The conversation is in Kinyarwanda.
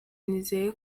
nizeye